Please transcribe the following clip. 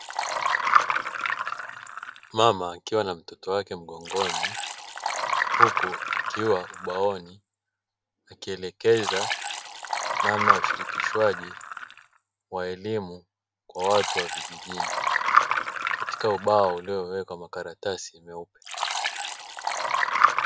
Mama akiwa na mtoto wake mgongoni, huku akiwa ubaoni akielekeza namna ya ushirikishwaji wa elimu kwa watu wa vijijini katika ubao uliowekwa makaratasi meupe.